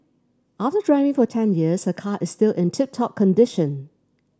after driving for ten years her car is still in tip top condition